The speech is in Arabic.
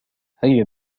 هيا